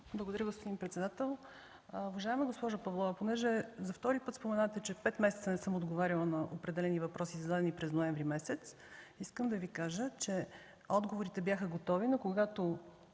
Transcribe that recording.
Уважаема госпожо Павлова, понеже за втори път споменавате, че пет месеца не съм отговаряла на определени въпроси, зададени през ноември месец, искам да Ви кажа, че отговорите бяха готови, но когато